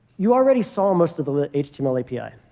you already saw most of the lit-html api.